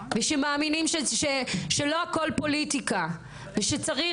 ומאמינים שלא הכול פוליטיקה ושצריך